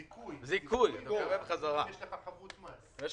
זיכוי, מקבל חזרה, יש לך חבות מס.